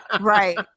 Right